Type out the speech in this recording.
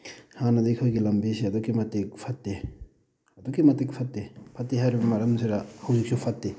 ꯍꯥꯟꯅꯗꯒꯤ ꯑꯩꯈꯣꯏꯒꯤ ꯂꯝꯕꯤꯁꯦ ꯑꯗꯨꯛꯀꯤ ꯃꯇꯤꯛ ꯐꯠꯇꯦ ꯑꯗꯨꯛꯀꯤ ꯃꯇꯤꯛ ꯐꯠꯇꯦ ꯐꯠꯇꯦ ꯍꯥꯏꯔꯤꯕ ꯃꯔꯝꯁꯤꯗ ꯍꯧꯖꯤꯛꯁꯨ ꯐꯠꯇꯦ